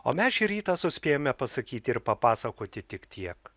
o mes šį rytą suspėjome pasakyti ir papasakoti tik tiek